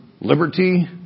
liberty